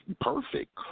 perfect